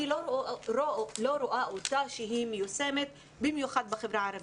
אני לא רואה שהיא מיושמת במיוחד בחברה הערבית.